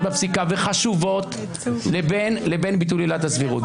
בפסיקה וחשובות לבין ביטול עילת הסבירות.